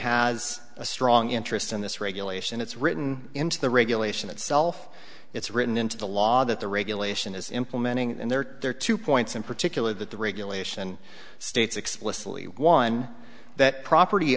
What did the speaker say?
has a strong interest in this regulation it's written into the regulation itself it's written into the law that the regulation is implementing and there are two points in particular that the regulation states explicitly one that property